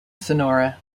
sonora